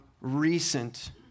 recent